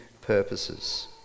purposes